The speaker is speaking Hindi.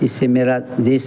इससे मेरा देश